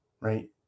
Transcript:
right